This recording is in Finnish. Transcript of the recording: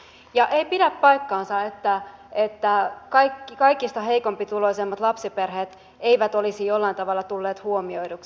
ja ei pidä paikkaansa että kaikista heikkotuloisimmat lapsiperheet eivät olisi jollain tavalla tulleet huomioiduksi